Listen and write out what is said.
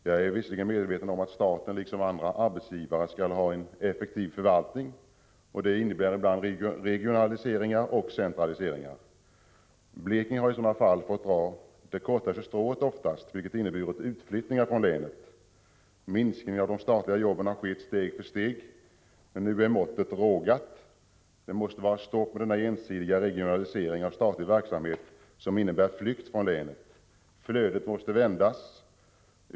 Jag är visserligen medveten om att staten liksom andra arbetsgivare skall ha en effektiv förvaltning. Det innebär regionaliseringar och centraliseringar. Blekinge har i sådana fall oftast fått dra det kortaste strået, vilket har inneburit utflyttningar från länet. Minskningen av de statliga jobben har skett steg för steg, men nu är måttet rågat. Det måste bli ett stopp på den ensidiga regionaliseringen av statlig verksamhet som innebär en flykt från länet. Flödet måste vändas.